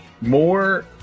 More